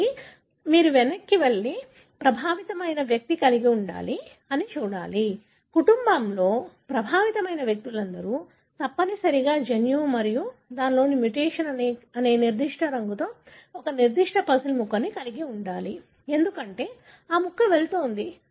మళ్లీ మీరు వెనక్కి వెళ్లి ప్రభావితం అయిన వ్యక్తి కలిగి ఉండాలి అని చూడాలి కుటుంబంలో ప్రభావితమైన వ్యక్తులందరూ తప్పనిసరిగా జన్యువు మరియు దానిలోని మ్యుటేషన్ అనే నిర్దిష్ట రంగుతో ఒక నిర్దిష్ట పజిల్ ముక్కను కలిగి ఉండాలి ఎందుకంటే ఆ ముక్క వెళ్తోంది